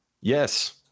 Yes